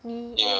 你